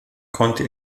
konnte